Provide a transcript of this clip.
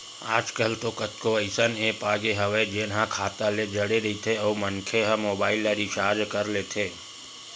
आजकल तो कतको अइसन ऐप आगे हवय जेन ह खाता ले जड़े रहिथे अउ मनखे ह मोबाईल ल रिचार्ज कर लेथे